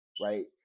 right